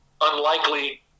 unlikely